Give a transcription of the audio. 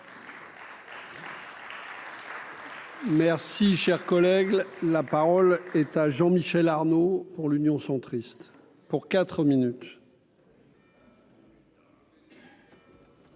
Merci, cher collègue, la parole est à Jean Michel Arnaud pour l'Union centriste pour 4 minutes.